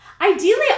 Ideally